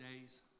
days